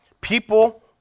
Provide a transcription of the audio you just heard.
People